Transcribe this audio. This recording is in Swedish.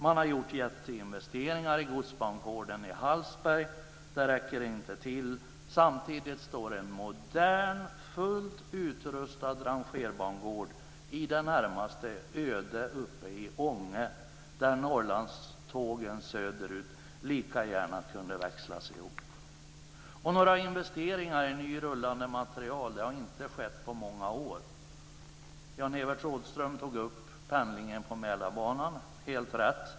Man har gjort jätteinvesteringar i godsbangården i Hallsberg, men det räcker inte till. Samtidigt står en modern, fullt utrustad rangerbangård i det närmaste öde uppe i Ånge där Norrlandstågen på väg söderut lika gärna kunde växlas ihop. Några investeringar i ny rullande materiel har inte skett på många år. Jan-Evert Rådhström tog upp pendlingen på Mälarbanan - helt rätt.